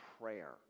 prayer